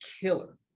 killer